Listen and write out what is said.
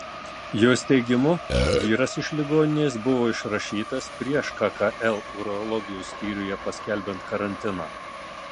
jos teigimu vyras iš ligoninės buvo išrašytas prieš kkl urologijos skyriuje paskelbiant karantiną